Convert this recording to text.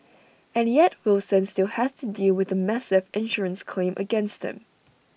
and yet Wilson still has to deal with A massive insurance claim against him